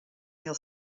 mil